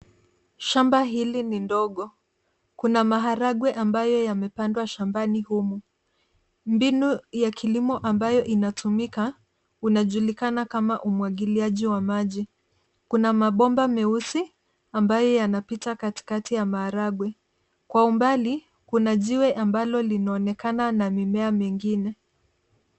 Shamba hili ni dogo. Kuna maharagwe ambayo yamepandwa shambani humu. Mbinu ya kilimo ambayo inatumika inajulikana kama umwagiliaji wa maji. Kuna mabomba meusi ambayo yanapita katikati ya maharagwe. Kwa umbali, kuna jiwe ambalo linaonekana na mimea mingine.